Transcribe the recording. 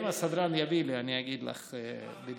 אם הסדרן יביא לי, אני אגיד לך בדיוק.